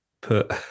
put